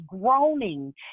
groaning